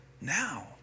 now